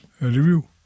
review